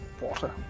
water